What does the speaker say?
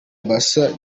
basa